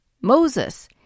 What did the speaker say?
Moses